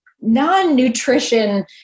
non-nutrition